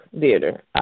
Theater